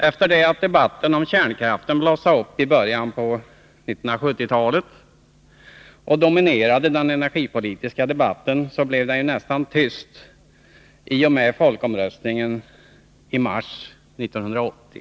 Efter det att debatten om kärnkraften blossade upp i början av 1970-talet och dominerade den energipolitiska debatten blev det nästan tyst i och med folkomröstningen i mars 1980.